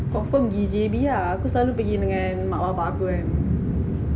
confirm gi J_B ah aku selalu pergi dengan mak bapak aku kan